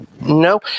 No